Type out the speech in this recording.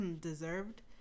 deserved